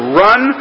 run